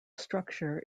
structure